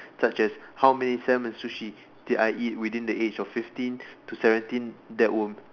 such as how many Salmon Sushi did I eat within the age of fifteen to seventeen that will